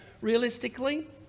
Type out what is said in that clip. realistically